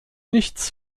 nichts